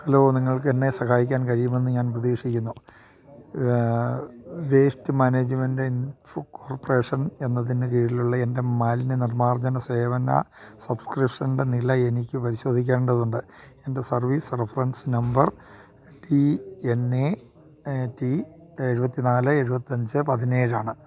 hello നിങ്ങൾക്കെന്നെ സഹായിക്കാൻ കഴിയുമെന്ന് ഞാൻ പ്രതീക്ഷിക്കുന്നു വേസ്റ്റ് മാനേജ്മെന്റ് ഇൻ കോർപ്പറേഷൻ എന്നതിന് കീഴിലുള്ള എൻ്റെ മാലിന്യ നിർമ്മാർജന സേവന സബ്സ്ക്രിപ്ഷൻ്റെ നില എനിക്ക് പരിശോധിക്കേണ്ടതുണ്ട് എൻ്റെ service reference number D N A T എഴുപത്തിനാല് എഴുപത്തിയഞ്ച് പതിനേഴ് ആണ്